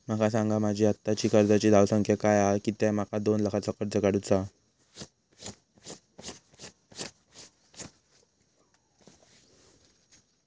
माका सांगा माझी आत्ताची कर्जाची धावसंख्या काय हा कित्या माका दोन लाखाचा कर्ज काढू चा हा?